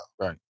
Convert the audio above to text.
Right